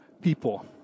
people